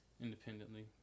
Independently